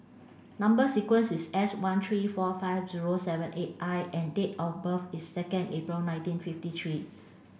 number sequence is S one three four five zero seven eight I and date of birth is second April nineteen fifty three